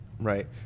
Right